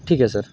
ठीक आहे सर